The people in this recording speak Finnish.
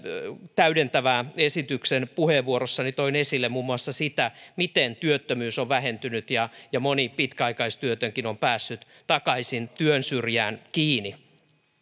täydentävän esityksen puheenvuorossani toin esille muun muassa sitä miten työttömyys on vähentynyt ja ja moni pitkäaikaistyötönkin on päässyt takaisin työn syrjään kiinni